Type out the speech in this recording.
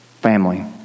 family